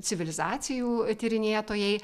civilizacijų tyrinėtojai